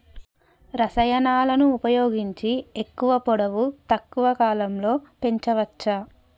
రసాయనాలను ఉపయోగించి ఎక్కువ పొడవు తక్కువ కాలంలో పెంచవచ్చా?